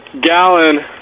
Gallon